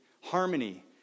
harmony